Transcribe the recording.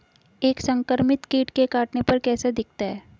एक संक्रमित कीट के काटने पर कैसा दिखता है?